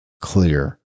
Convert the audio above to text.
clear